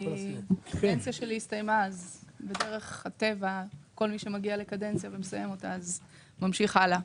הקדנציה שלי הסתיימה ובדרך הטבע מי שמסיים ממשיך הלאה.